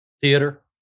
Theater